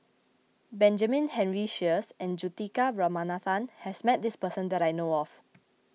Benjamin Henry Sheares and Juthika Ramanathan has met this person that I know of